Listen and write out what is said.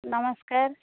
ନମସ୍କାର